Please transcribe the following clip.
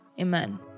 amen